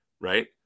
Right